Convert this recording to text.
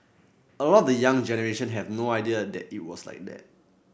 a lot of the young generation have no idea that it was like that